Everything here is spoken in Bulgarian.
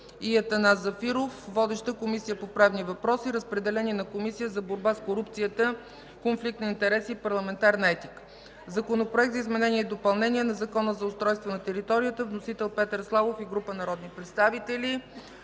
Атанас Зафиров. Водеща е Комисията по правни въпроси. Разпределен е и на Комисията за борба с корупцията, конфликт на интереси и парламентарна етика. Законопроект за изменение и допълнение на Закона за устройство на територията. Вносител – Петър Славов и група народни представители.